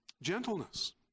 Gentleness